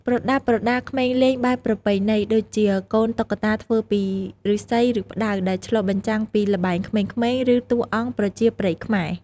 ប្រដាប់ប្រដាក្មេងលេងបែបប្រពៃណី: ដូចជា កូនតុក្កតាធ្វើពីឫស្សី ឬផ្តៅ ដែលឆ្លុះបញ្ចាំងពីល្បែងក្មេងៗ ឬតួអង្គប្រជាប្រិយខ្មែរ។